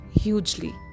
hugely